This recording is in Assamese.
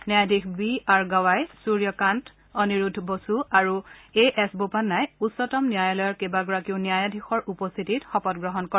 ন্যায়াধীশ বি আৰ গাৱাই সূৰ্য কান্ত অনিৰুদ্ধ বসু আৰু এ এছ বোপান্নাই উচ্চতম ন্যায়ালয়ৰ কেইবাগৰাকীও ন্যায়াধীশৰ উপস্থিতিত শপতগ্ৰহণ কৰে